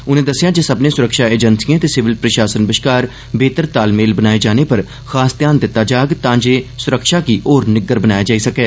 उनें दस्सेया जे सक्मनें सुरक्षा अजेंसियें ते सीविल प्रषासन बष्कार बेहतर तालमेल बनाए जाने पर खास ध्यान दित्ता जाग तां जे सुरक्षा गी होर निग्घर बनाया जाई सकै